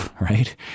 right